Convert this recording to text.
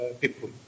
people